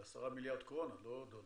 זה 10 מיליארד קורונה, לא דולר.